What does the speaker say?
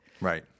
right